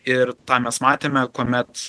ir tą mes matėme kuomet